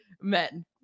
men